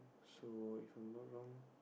so If I am not wrong